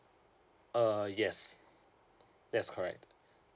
err yes that's correct